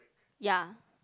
ya